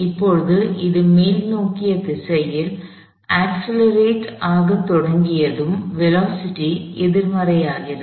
இப்போது அது மேல்நோக்கிய திசையில் அக்ஸ்லெரேட் ஆக தொடங்கியதும் வேலோஸிட்டி எதிர்மறையாகிறது